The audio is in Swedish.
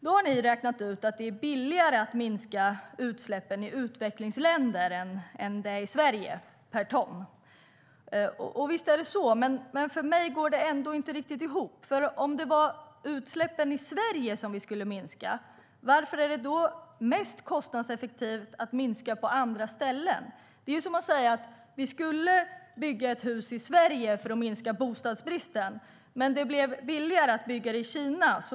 Ni har räknat ut att det är billigare per ton att minska utsläppen i utvecklingsländer än i Sverige. Visst är det så, men för mig går det ändå inte riktigt ihop. Om utsläppen ska minskas i Sverige, varför är det mest kostnadseffektivt att minska på andra ställen? Det är som att säga att vi skulle bygga ett hus i Sverige för att minska bostadsbristen, men det blev billigare att bygga i Kina.